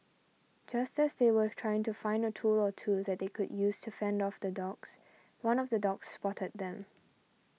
just as they were trying to find a tool or two that they could use to fend off the dogs one of the dogs spotted them